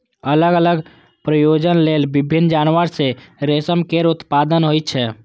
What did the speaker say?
अलग अलग प्रयोजन लेल विभिन्न जानवर सं रेशम केर उत्पादन होइ छै